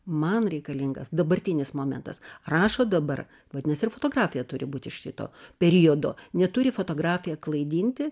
man reikalingas dabartinis momentas rašo dabar vadinasi ir fotografija turi būt iš šito periodo neturi fotografija klaidinti